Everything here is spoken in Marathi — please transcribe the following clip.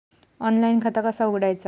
ऑनलाइन खाता कसा उघडायचा?